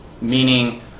meaning